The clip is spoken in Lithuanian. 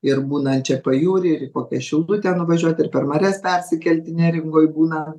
ir būnant čia pajūry ir į kokią šilutę nuvažiuot ir per marias persikelti neringoj būna